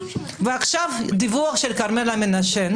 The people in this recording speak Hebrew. ועכשיו הדיווח של כרמלה מנשה.